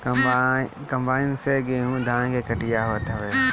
combine से गेंहू धान के कटिया होत हवे